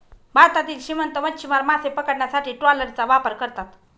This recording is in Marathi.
भारतातील श्रीमंत मच्छीमार मासे पकडण्यासाठी ट्रॉलरचा वापर करतात